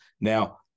Now